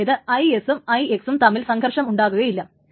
അതായത് IS സും IX ഉം തമ്മിൽ സംഘർഷമുണ്ടാകുകയില്ല